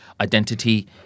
identity